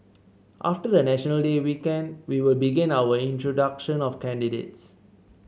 after the National Day weekend we will begin our introduction of candidates